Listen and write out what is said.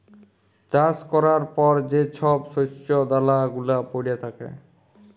চাষ ক্যরার পর যে ছব শস্য দালা গুলা প্যইড়ে থ্যাকে